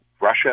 Russia